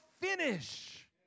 finish